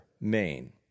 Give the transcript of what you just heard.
Maine